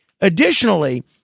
Additionally